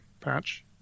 patch